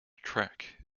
track